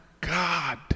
God